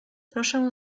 proszę